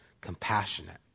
compassionate